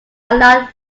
allowed